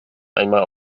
einmal